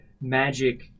magic